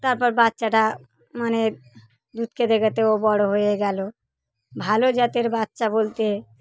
তারপর বাচ্চাটা মানে দুধ খেতে খেতেও বড়ো হয়ে গেলো ভালো জাতের বাচ্চা বলতে